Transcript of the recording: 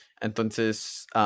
Entonces